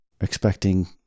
expecting